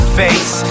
face